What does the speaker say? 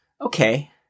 Okay